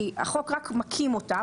כי החוק רק מקים אותה,